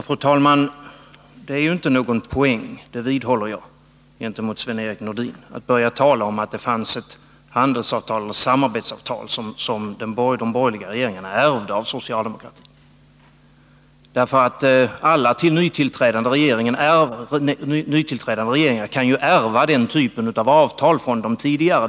Fru talman! Det är inte någon poäng — det vidhåller jag gentemot Sven-Erik Nordin — att börja tala om att det fanns ett samarbetsavtal, som den borgerliga regeringen ärvde av socialdemokraterna. Alla nytillträdande regeringar kan ju ärva den typen av avtal från de tidigare.